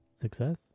Success